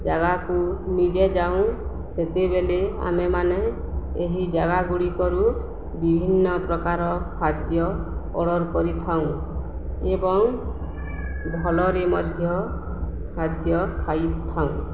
ଜାଗାକୁ ନିଜେ ଯାଉ ସେତେବେଳେ ଆମେମାନେ ଏହି ଜାଗା ଗୁଡ଼ିକରୁ ବିଭିନ୍ନ ପ୍ରକାର ଖାଦ୍ୟ ଅର୍ଡ଼ର୍ କରିଥାଉ ଏବଂ ଭଲରେ ମଧ୍ୟ ଖାଦ୍ୟ ଖାଇଥାଉ